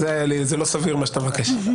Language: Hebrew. זה לא סביר מה שאתה מבקש...